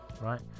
right